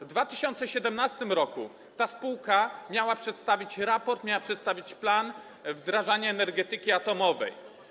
W 2017 r. ta spółka miała przedstawić raport, miała przedstawić plan wdrażania energetyki atomowej.